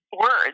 words